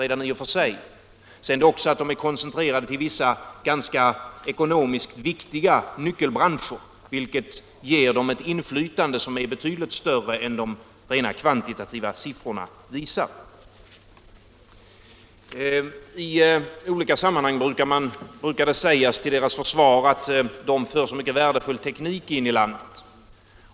De är även koncentrerade till vissa ekonomiskt viktiga nyckelbranscher, vilket ger dem ett inflytande som är betydligt större än de rent kvantitativa siffrorna visar. I olika sammanhang brukar det sägas till deras försvar att de för så mycket värdefull teknik in i landet.